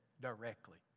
directly